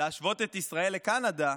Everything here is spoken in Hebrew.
להשוות את ישראל לקנדה,